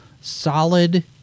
solid